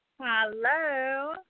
Hello